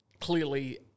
clearly